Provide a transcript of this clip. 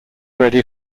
ready